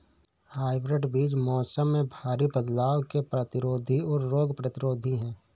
hybrid बीज मौसम में भारी बदलाव के प्रतिरोधी और रोग प्रतिरोधी हैं